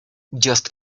just